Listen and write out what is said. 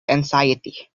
anxiety